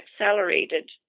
accelerated